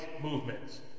movements